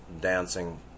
dancing